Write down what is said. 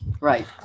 right